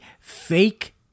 fake